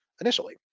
initially